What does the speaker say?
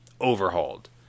overhauled